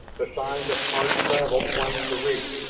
the signs of hard travel plain to read.